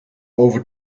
over